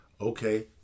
okay